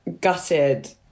gutted